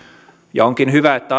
ja onkin hyvä että